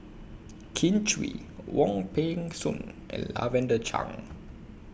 Kin Chui Wong Peng Soon and Lavender Chang